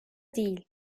değil